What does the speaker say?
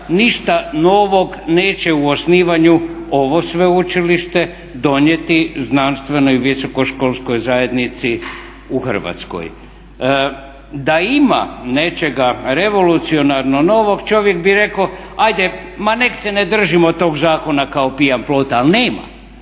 Ništa novog neće u osnivanju ovo sveučilište donijeti znanstvenoj i visoko školskoj zajednici u Hrvatskoj. Da ima nečega revolucionarno novog čovjek bi rekao hajde ma nek' se ne držimo tog zakona kao pijan plota, ali nema.